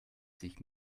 sich